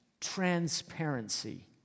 transparency